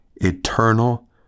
Eternal